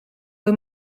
või